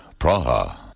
Praha